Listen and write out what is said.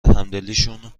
همدلیشون